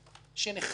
שנחתם